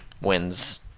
wins